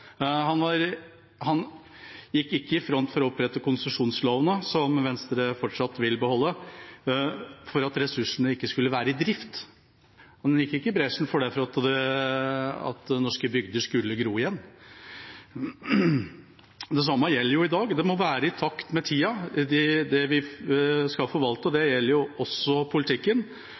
Han gikk ikke i front for å opprette konsesjonslovene, som Venstre fortsatt vil beholde, for at ressursene ikke skulle være i drift. Han gikk ikke i bresjen for det for at norske bygder skulle gro igjen. Det samme gjelder i dag: Det vi skal forvalte, må være i takt med tida. Det gjelder også politikken.